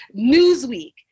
Newsweek